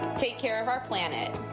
take care of our planet.